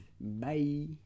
bye